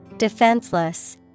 Defenseless